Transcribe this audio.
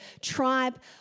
tribe